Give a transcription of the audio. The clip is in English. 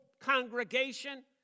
congregation